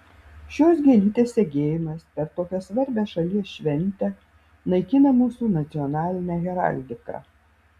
šios gėlytės segėjimas per tokią svarbią šalies šventę naikina mūsų nacionalinę heraldiką